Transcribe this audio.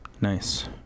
Nice